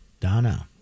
Donna